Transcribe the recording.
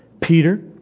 Peter